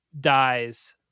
dies